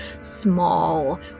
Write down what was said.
small